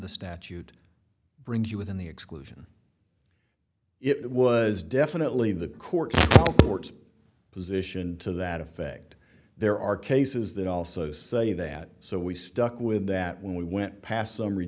the statute brings you within the exclusion it was definitely the court's position to that effect there are cases that also say that so we stuck with that when we went past summary